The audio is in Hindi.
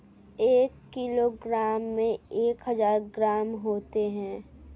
एक किलोग्राम में एक हज़ार ग्राम होते हैं